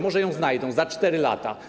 Może ją znajdą za 4 lata.